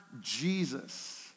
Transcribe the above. Jesus